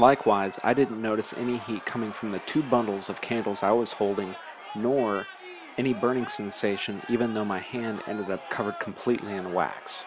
likewise i didn't notice any heat coming from the two bundles of candles i was holding nor any burning sensation even though my hand and that covered completely in